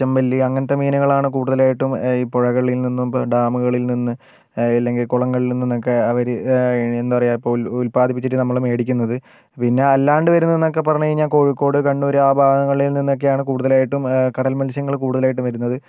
ചെമ്പല്ലി അങ്ങനത്തെ മീനുകളാണ് കൂടുതലായിട്ടും ഈ പുഴകളിൽ നിന്നും ഡാമുകളിൽ നിന്ന് അല്ലെങ്കിൽ കുളങ്ങളിൽ നിന്നൊക്കെ അവര് എന്താ പറയുക ഇപ്പം ഉല്പാദിപ്പിച്ചിട്ട് നമ്മള് മേടിക്കുന്നത് പിന്നെ അല്ലാതെ വരുന്നതൊക്കെ പറഞ്ഞു കഴിഞ്ഞാൽ കോഴിക്കോട് കണ്ണൂര് ആ ഭാഗങ്ങളിൽ നിന്നൊക്കെ ആണ് കൂടുതലായിട്ടും കടൽ മൽസ്യങ്ങൾ കൂടുതലായിട്ടും വരുന്നത്